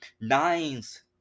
nines